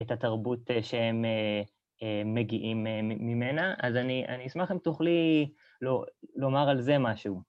‫את התרבות שהם מגיעים ממנה, ‫אז אני אשמח אם תוכלי ‫לומר על זה משהו.